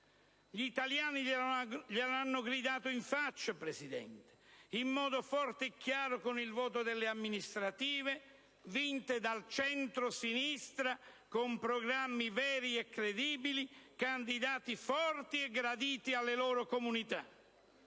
Gli italiani glielo hanno gridato in faccia, Presidente, in modo forte e chiaro con il voto delle amministrative, vinte dal centrosinistra, con programmi veri e credibili e candidati forti e graditi alle loro comunità;